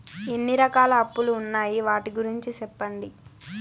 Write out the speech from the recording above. ఎన్ని రకాల అప్పులు ఉన్నాయి? వాటి గురించి సెప్పండి?